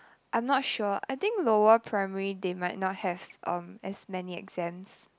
I'm not sure I think lower primary they might not have um as many exams